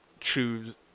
choose